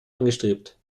angestrebt